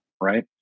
Right